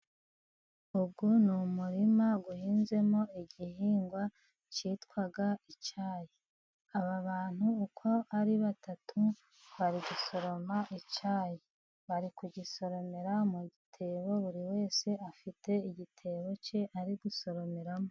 Uyu ni umurima uhinzemo igihingwa cyitwaga icyayi. Aba bantu uko ari batatu bari gusoroma icyayi, bari kugisomerara mu gitebo. Buri wese afite igitebo cye, ari gusoromeraramo.